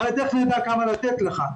אחרת איך נדע כמה לתת לך?